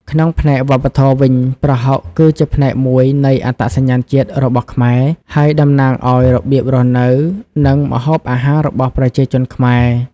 ក្នុងផ្នែកវប្បធម៌វិញ ប្រហុកគឺជាផ្នែកមួយនៃ អត្តសញ្ញាណជាតិ របស់ខ្មែរ ហើយតំណាងឱ្យរបៀបរស់នៅ និងម្ហូបអាហាររបស់ប្រជាជនខ្មែរ។